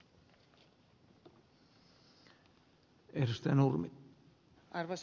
arvoisa puhemies